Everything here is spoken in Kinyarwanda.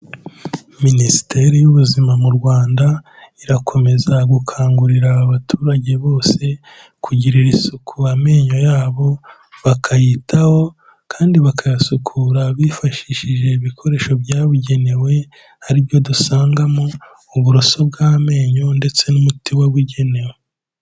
Minisiteri y'Ubuzima mu Rwanda, irakomeza gukangurira abaturage bose, kugirira isuku amenyo yabo, bakayitaho kandi bakayasukura bifashishije ibikoresho byabugenewe, ari byo dusangamo uburoso bw'amenyo ndetse n'umuti wabugenewe.